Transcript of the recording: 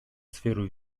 сферу